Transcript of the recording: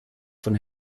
von